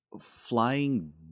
flying